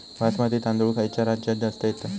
बासमती तांदूळ खयच्या राज्यात जास्त येता?